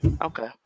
Okay